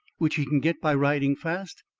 which he can get by riding fast?